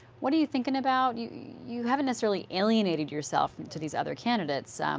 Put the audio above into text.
what are you thinking about? you you haven't necessarily alienated yourself to these other candidates.